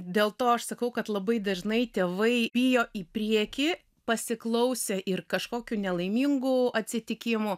dėl to aš sakau kad labai dažnai tėvai bijo į priekį pasiklausę ir kažkokių nelaimingų atsitikimų